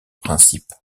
principes